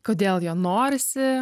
kodėl jo norisi